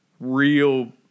real